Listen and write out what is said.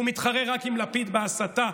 הוא מתחרה רק עם לפיד בהסתה,